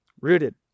Rooted